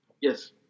Yes